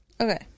Okay